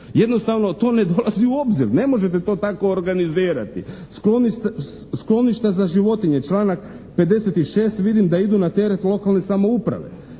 Jednostavno to ne dolazi u obzir. Ne možete to tako organizirati. Skloništa za životinje članak 56. vidim da idu na teret lokalne samouprave.